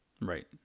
Right